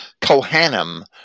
Kohanim